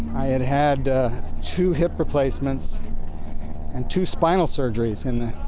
i had had two hip replacements and two spinal surgeries in the